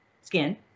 skin